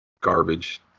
garbage